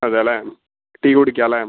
അതേല്ലേ ടീ കുടിയ്ക്കാല്ലെ